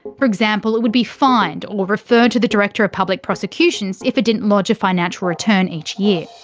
for example, it would be fined or referred to the director of public prosecutions if it didn't lodge a financial return each year.